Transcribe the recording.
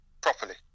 properly